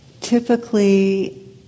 Typically